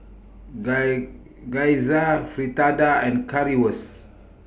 Guy Gyoza Fritada and Currywurst